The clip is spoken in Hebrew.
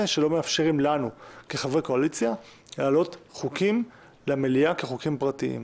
שלא מאפשרים לנו כחברי קואליציה להעלות חוקים למליאה כחוקים פרטיים.